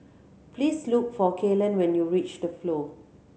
please look for Kaylen when you reach The Flow